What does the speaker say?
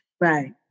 Right